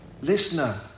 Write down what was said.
Listener